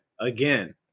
again